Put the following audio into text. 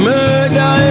Murder